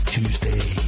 Tuesday